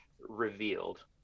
revealed